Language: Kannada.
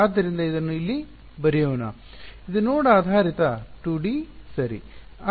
ಆದ್ದರಿಂದ ಇದನ್ನು ಇಲ್ಲಿ ಬರೆಯೋಣ ಇದು ನೋಡ್ ಆಧಾರಿತ 2ಡಿ ಸರಿ